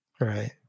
right